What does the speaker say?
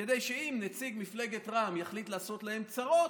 כדי שאם נציג מפלגת רע"מ יחליט לעשות להם צרות,